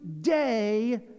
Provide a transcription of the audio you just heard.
day